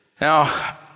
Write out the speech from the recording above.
Now